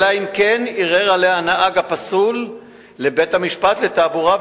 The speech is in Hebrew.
אלא אם כן ערער עליה הנהג הפסול לבית-המשפט לתעבורה,